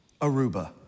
Aruba